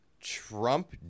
Trump